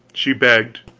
she begged,